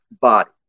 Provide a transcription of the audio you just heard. body